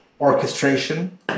orchestration